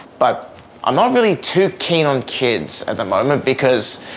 but i'm not really too keen on kids at the moment because